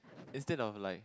instead of like